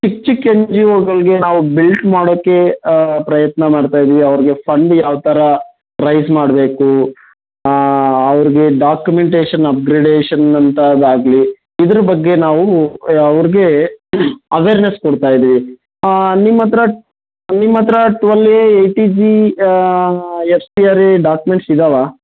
ಚಿಕ್ಕ ಚಿಕ್ಕ N G ಒಗಳಿಗೆ ನಾವು ಬಿಲ್ಟ್ ಮಾಡೋಕ್ಕೆ ಪ್ರಯತ್ನ ಮಾಡ್ತಾಯಿದ್ದೀವಿ ಅವ್ರಿಗೆ ಫಂಡ್ ಯಾವ ಥರ ರೈಸ್ ಮಾಡಬೇಕು ಅವ್ರಿಗೆ ಡಾಕುಮೆಂಟೇಶನ್ ಅಪ್ಗ್ರಿಡೇಷನ್ ಅಂಥದ್ದಾಗ್ಲಿ ಇದ್ರ ಬಗ್ಗೆ ನಾವು ಅವ್ರಿಗೆ ಅವೇರ್ನೆಸ್ ಕೊಡ್ತಾಯಿದ್ದೀವಿ ನಿಮ್ಮ ಹತ್ರ ನಿಮ್ಮ ಹತ್ರ twelve A eighty G S T R A documents ಇದ್ದಾವಾ